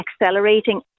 accelerating